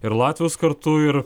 ir latvijos kartu ir